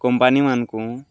କମ୍ପାନୀମାନ୍ଙ୍କୁ